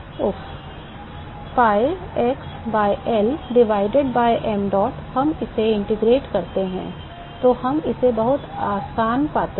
उफ़ pi x by L divided by mdot हम इसे एकीकृत करते हैं तो हम इसे बहुत आसान पाते हैं